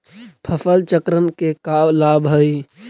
फसल चक्रण के का लाभ हई?